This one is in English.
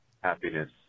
Happiness